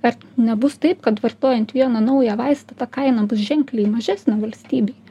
ar nebus taip kad vartojant vieną naują vaistą ta kaina bus ženkliai mažesnė valstybei